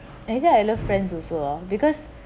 actually I love friends also ah because